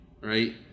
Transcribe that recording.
right